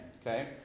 okay